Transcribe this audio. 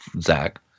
Zach